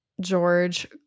George